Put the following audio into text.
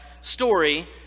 story